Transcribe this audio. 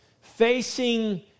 facing